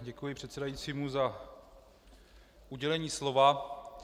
Děkuji předsedajícímu za udělení slova.